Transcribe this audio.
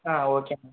ah okay madam